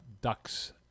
Ducks